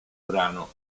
brano